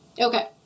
Okay